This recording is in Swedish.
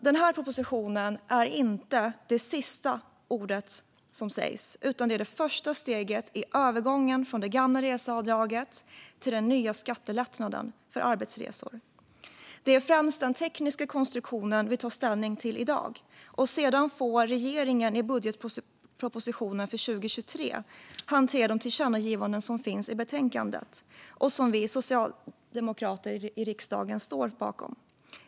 Den här propositionen är inte sista ordet, utan den är det första steget i övergången från det gamla reseavdraget till den nya skattelättnaden för arbetsresor. Det är främst den tekniska konstruktionen vi tar ställning till i dag. Sedan får regeringen i budgetpropositionen för 2023 hantera de tillkännagivanden som föreslås i betänkandet och som vi socialdemokrater i riksdagen står bakom.